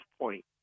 point